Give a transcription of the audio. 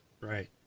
right